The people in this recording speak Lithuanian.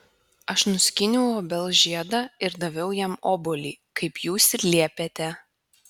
aš nuskyniau obels žiedą ir daviau jam obuolį kaip jūs ir liepėte